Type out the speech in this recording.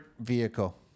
vehicle